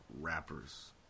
rappers